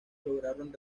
lograron